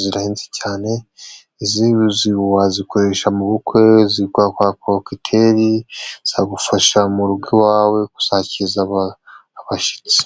zirahenze cyane. Izi wazikoresha mu bukwe kwakira abantu, kokiteri zagufasha mu rugo iwawe, kuzakiriza abashyitsi.